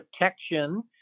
protection